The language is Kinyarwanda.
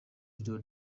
video